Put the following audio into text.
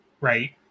Right